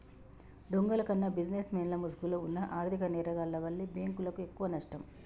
దొంగల కన్నా బిజినెస్ మెన్ల ముసుగులో వున్న ఆర్ధిక నేరగాల్ల వల్లే బ్యేంకులకు ఎక్కువనష్టం